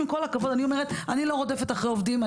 אני לא רודפת אחרי העובדים.